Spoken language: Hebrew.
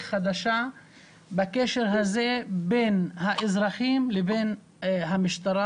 חדשה בקשר הזה בין האזרחים לבין המשטרה.